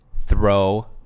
throw